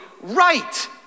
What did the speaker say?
right